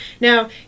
Now